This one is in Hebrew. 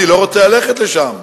אני לא רוצה ללכת לשם.